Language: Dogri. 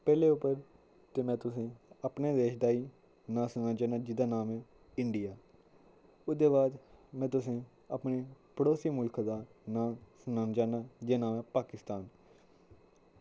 पैह्लें उप्पर ते में तुसें अपने देश दा ही नांऽ सनाना चाहना जेह्दा नाम ऐ इंडिया उदे बाद में तुसें अपने पड़ोसी मुल्ख दा नांऽ सनाना चाह्नां जेह्दा नांऽ ऐ पाकिस्तान